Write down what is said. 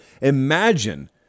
Imagine